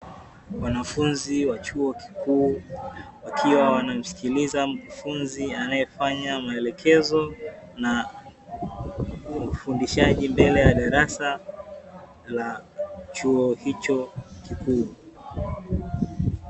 Wanafunzi wa chuo kikuu wakiwa wanamsikiliza mkufunzi anayefanya maelekezo, na ufundishaji mbele ya darasa la chuo hicho kikuu.